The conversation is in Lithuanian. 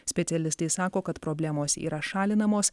specialistai sako kad problemos yra šalinamos